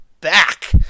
back